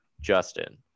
justin